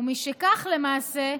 ומשכך, למעשה,